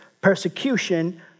persecution